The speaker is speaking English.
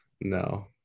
No